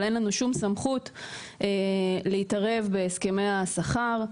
אבל אין לנו שום סמכות להתערב בהסכמי השכר.